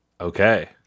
Okay